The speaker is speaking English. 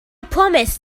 promised